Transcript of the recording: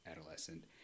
adolescent